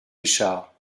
richard